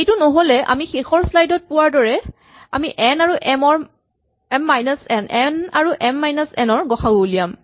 এইটো নহ'লে আমি শেষৰ স্লাইড ত পোৱাৰ দৰে আমি এন আৰু এম মাইনাচ এন ৰ গ সা উ উলিয়াম